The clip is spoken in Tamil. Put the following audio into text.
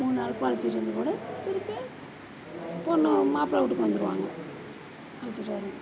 மூணு அழைப்பு அழைச்சிட்டு வந்து கூட திருப்பி பெண்ணு மாப்ளை வீட்டுக்கு வந்துடுவாங்க அழைச்சிட்டு வரணும்